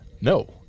No